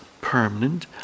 permanent